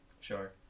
Sure